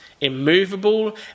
immovable